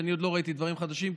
ואני עוד לא ראיתי דברים חדשים,